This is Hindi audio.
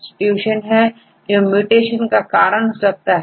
सब्सीट्यूशन है जो म्यूटेशन का कारण हो सकता है